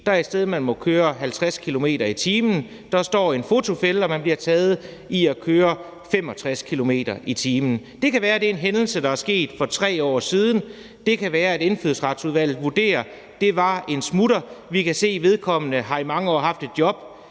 der er et sted, man må køre 50 km/t., og der står en fotofælde, og man bliver taget i at køre 65 km/t. Det kan være, det er en hændelse, der er sket for 3 år siden. Det kan være, at Indfødsretsudvalget vurderer, at det var en smutter, for vi kan se, at vedkommende i mange år har haft et job,